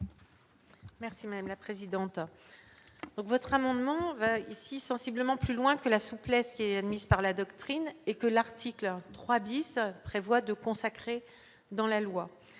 Merci madame la présidente, votre amendement ici sensiblement plus loin que la souplesse qui est admise par la doctrine et que l'article 3 10 prévoit de consacrer dans la loi,